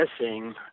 missing